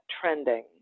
trending